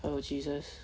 oh jesus